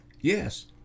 Yes